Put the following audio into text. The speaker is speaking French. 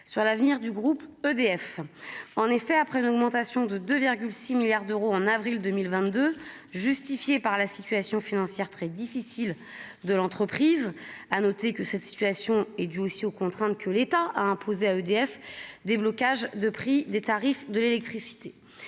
sur l'avenir du groupe EDF, en effet, après une augmentation de 2 6 milliards d'euros en avril 2022 justifiée par la situation financière très difficile de l'entreprise, à noter que cette situation est due aussi aux contraintes que l'État a imposé à EDF, déblocage de prix des tarifs de l'électricité,